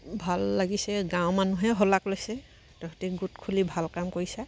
ভাল লাগিছে গাঁৱৰ মানুহে শলাগ লৈছে তহঁতি গোট খুলি ভাল কাম কৰিছা